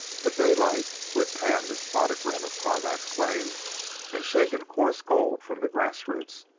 but daylight, who had panned the spotted rim of carmack's claim and shaken coarse gold from the grass-roots,